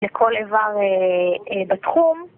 לכל איבר בתחום